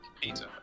pizza